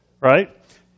right